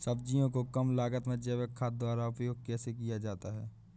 सब्जियों को कम लागत में जैविक खाद द्वारा उपयोग कैसे किया जाता है?